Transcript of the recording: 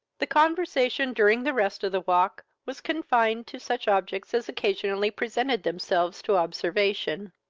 the conversation, during the rest of the walk, was confined to such objects as occasionally presented themselves to observation.